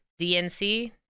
DNC